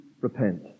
repent